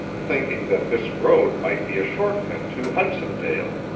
thinking that this road might be a short cut to hudsondale,